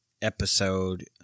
Episode